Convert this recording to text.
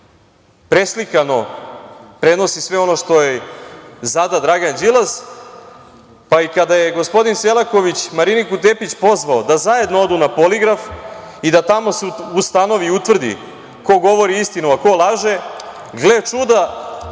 preslikano prenosi sve ono što joj zada Dragan Đilas, pa i kada je gospodin Selaković Mariniku Tepić pozvao da zajedno odu na poligraf i da se tamo ustanovi i utvrdi ko govori istinu, a ko laže, gle čuda,